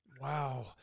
Wow